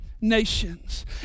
nations